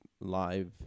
live